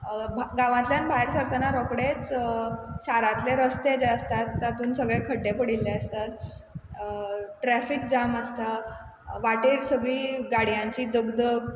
भा गांवातल्यान भायर सरतना रोकडेंच शारांतले रस्ते जे आसतात तातून सगळे खड्डे पडिल्ले आसतात ट्रॅफीक जाम आसता वाटेर सगळी गाडयांची दगदग